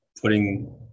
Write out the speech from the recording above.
putting